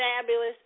fabulous